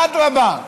אדרבה,